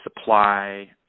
supply